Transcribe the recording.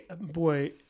boy